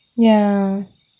ya